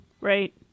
Right